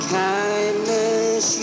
kindness